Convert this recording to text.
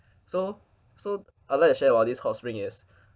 so so I'd like to share what this hot spring is